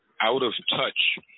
out-of-touch